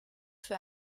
für